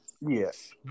Yes